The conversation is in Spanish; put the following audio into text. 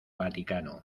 vaticano